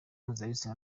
mpuzabitsina